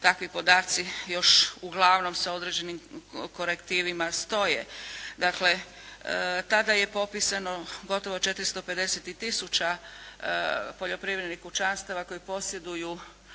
takvi podaci još uglavnom s određenim korektivima stoje. Dakle, tada je popisano gotovo 450000 poljoprivrednih kućanstava koji posjeduju